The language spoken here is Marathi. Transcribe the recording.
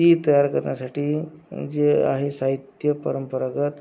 ती तयार करण्यासाठी जे आहे साहित्य परंपरागत